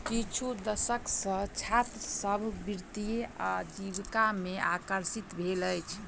किछु दशक सॅ छात्र सभ वित्तीय आजीविका में आकर्षित भेल अछि